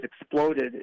exploded